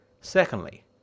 Secondly